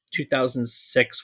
2006